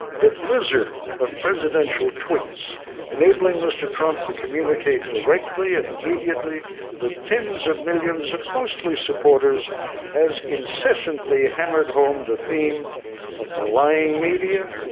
the blizzard of presidential tweets enabling mr. trump to communicate directly and immediately with tens of millions of, mostly, supporters has incessantly hammered home the theme of the lying media,